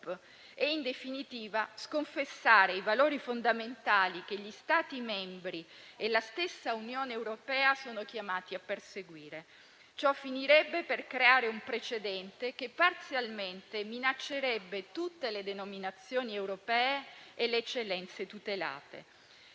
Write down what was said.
e, in definitiva, sconfessare i valori fondamentali che gli Stati membri e la stessa Unione europea sono chiamati a perseguire. Ciò finirebbe per creare un precedente che parzialmente minaccerebbe tutte le denominazioni europee e le eccellenze tutelate.